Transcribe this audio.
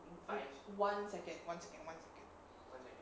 one second one second one second